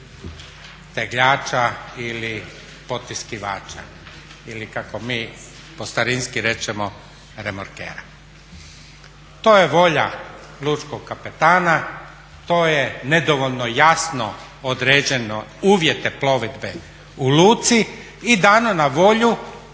tegljača ili potiskivača ili kako mi po starinski kažemo remorkera. To je volja lučkog kapetana, to je nedovoljno jasno određeni uvjeti plovidbe u luci i dano na volju ja